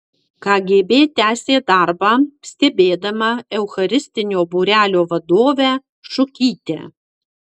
kgb tęsė darbą stebėdama eucharistinio būrelio vadovę šukytę